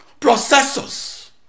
processors